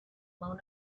blown